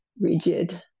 rigid